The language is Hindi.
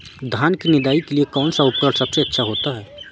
धान की निदाई के लिए कौन सा उपकरण सबसे अच्छा होता है?